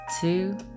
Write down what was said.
two